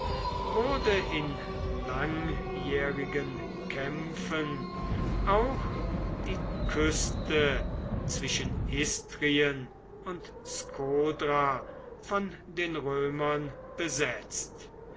wurde in langjährigen kämpfen auch die küste zwischen istrien und skodra von den römern besetzt